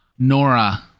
Nora